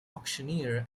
auctioneer